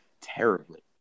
Terribly